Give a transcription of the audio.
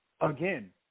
Again